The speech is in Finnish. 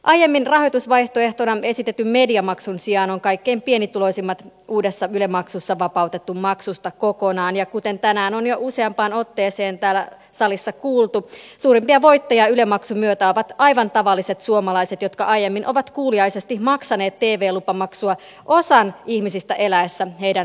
aiemmin rahoitusvaihtoehtona esitetyn mediamaksun sijaan on kaikkein pienituloisimmat uudessa yle maksussa vapautettu maksusta kokonaan ja kuten tänään on jo useampaan otteeseen täällä salissa kuultu suurimpia voittajia yle maksun myötä ovat aivan tavalliset suomalaiset jotka aiemmin ovat kuuliaisesti maksaneet tv lupamaksua osan ihmisistä eläessä heidän siivellään